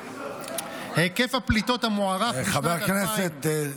היקף הפליטות המוערך בשנת, חברי הכנסת,